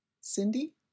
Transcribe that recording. Cindy